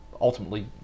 ultimately